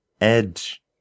edge